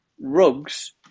rugs